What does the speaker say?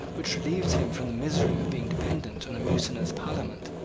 which relieved him from the misery of being dependent on a mutinous parliament.